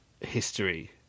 history